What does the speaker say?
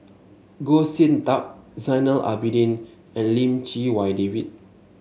Goh Sin Tub Zainal Abidin and Lim Chee Wai David